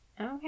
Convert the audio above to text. Okay